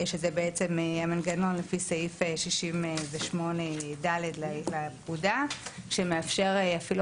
שזה בעצם המנגנון לפי סעיף 68(ד) לפקודה שמאפשר אפילו